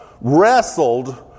wrestled